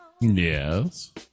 Yes